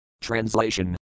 Translation